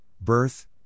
birth